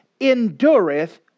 endureth